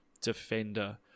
defender